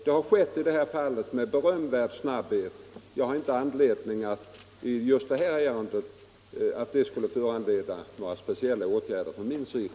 Det har skett i detta fall med berömvärd snabbhet, och jag kan inte se att just detta ärende skulle föranleda några speciella åtgärder från min sida.